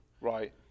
Right